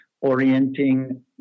orienting